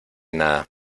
nada